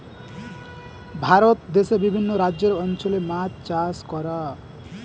ভারত দেশে বিভিন্ন রাজ্যের অঞ্চলে মাছ চাষ করা